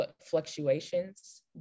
fluctuations